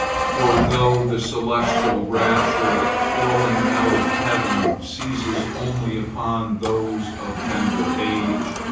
for though the celestial rapture falling out of heaven seizes only upon those of tender age,